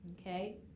okay